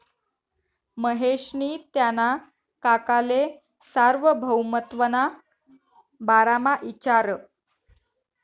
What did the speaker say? महेशनी त्याना काकाले सार्वभौमत्वना बारामा इचारं